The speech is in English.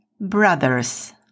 brothers